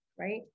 right